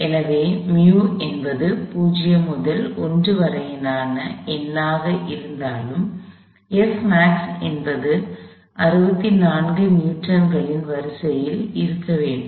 எனவே µ என்பது 0 முதல் 1 வரையிலான எண்ணாக இருந்தாலும் Fmax என்பது 64 நியூட்டன்களின் வரிசையில் இருக்க வேண்டும்